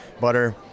butter